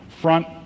front